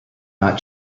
not